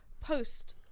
post